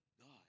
God